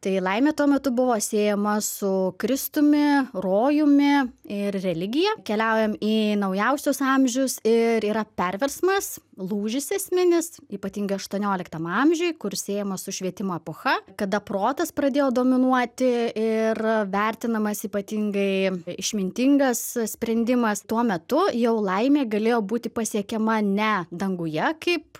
tai laimė tuo metu buvo siejama su kristumi rojumi ir religija keliaujam į naujausius amžius ir yra perversmas lūžis esminis ypatingai aštuonioliktam amžiuj kuris siejamas su švietimo epocha kada protas pradėjo dominuoti ir vertinamas ypatingai išmintingas sprendimas tuo metu jau laimė galėjo būti pasiekiama ne danguje kaip